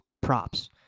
props